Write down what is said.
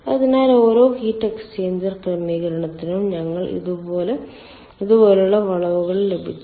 അതിനാൽ ഓരോ heat exchanger ക്രമീകരണത്തിനും ഞങ്ങൾക്ക് ഇതുപോലുള്ള വളവുകൾ ലഭിച്ചു